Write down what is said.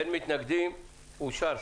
אין מתנגדים, אין נמנעים.